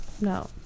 No